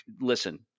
listen